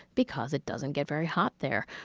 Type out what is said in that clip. because it doesn't get very hot there,